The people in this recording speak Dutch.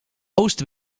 oost